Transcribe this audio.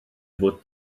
fod